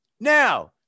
Now